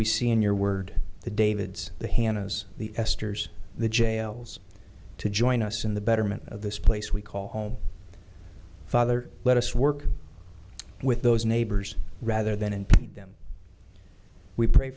we see in your word the davids the hannahs the esters the jail's to join us in the betterment of this place we call home father let us work with those neighbors rather than in them we pray